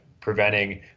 preventing